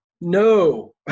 no